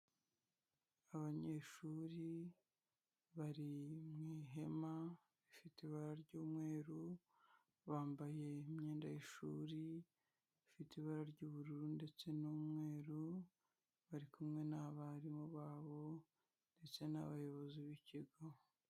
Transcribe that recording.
Abanyeshuri bari mu ihema rifite ibara ry'umweru, bambaye imyenda y'ishuri ifite ibara ry'ubururu ndetse n'umweru, bari kumwe n'abarimu babo ndetse n'abayobozi b'ikigo.